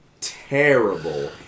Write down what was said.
Terrible